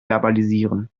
verbalisieren